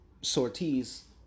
sorties